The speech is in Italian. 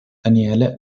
daniele